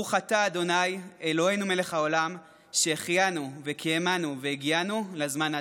ברוך אתה ה' אלוהינו מלך העולם שהחיינו וקיימנו והגיענו לזמן הזה.